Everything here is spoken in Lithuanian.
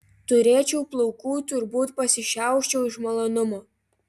turėčiau plaukų turbūt pasišiauščiau iš malonumo